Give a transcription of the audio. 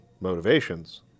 motivations